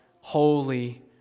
holy